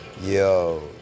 Yo